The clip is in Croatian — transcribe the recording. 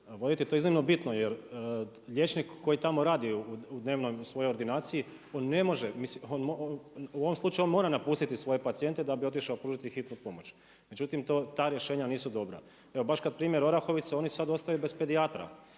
to je iznimno bitno, jer liječnik koji tamo radi u dnevnoj, svojoj ordinaciji, on ne može, u ovom slučaju on mora napustiti svoje pacijente da bi otišao pružiti hitnu pomoć. Međutim, ta rješenja nisu dobra. Evo baš kod primjera Orahovice, oni sada ostaju bez pedijatra,